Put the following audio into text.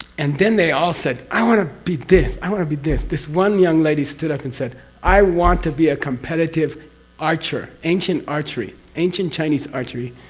and then they all said, i want to be this. i want to be this. this one young lady stood up and said, i want to be a competitive archer. ancient archery, ancient chinese archery,